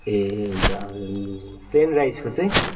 ए हुन्छ हजुर प्लेन राइसको चाहिँ